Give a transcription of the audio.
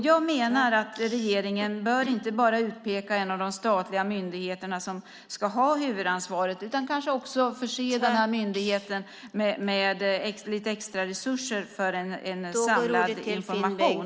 Jag menar att regeringen inte bara bör peka ut en av de statliga myndigheterna som ska ha huvudansvaret utan kanske också förse den myndigheten med lite extra resurser för en samlad information.